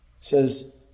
says